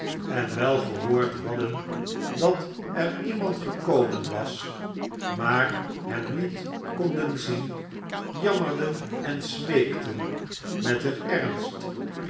en wel gehoord hadden dat er iemand gekomen was maar hem niet konden zien jammerden en smeekten met een ernst